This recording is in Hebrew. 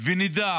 ונדע